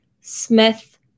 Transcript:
Smith